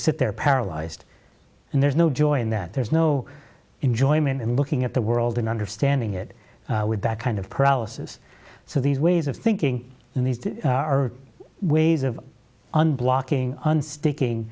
sit there paralyzed and there's no joy in that there's no enjoyment in looking at the world and understanding it with that kind of paralysis so these ways of thinking in these are ways of unblocking unsticking